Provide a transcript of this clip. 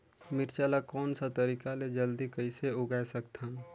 मिरचा ला कोन सा तरीका ले जल्दी कइसे उगाय सकथन?